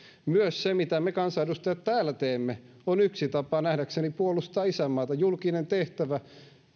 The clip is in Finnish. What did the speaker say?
myös se mitä me kansanedustajat täällä teemme on nähdäkseni yksi tapa puolustaa isänmaata julkinen tehtävä